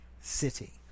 city